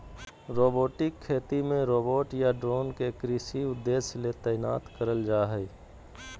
robotic खेती मे robot या ड्रोन के कृषि उद्देश्य ले तैनात करल जा हई